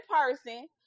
person